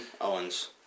Owens